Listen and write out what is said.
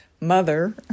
mother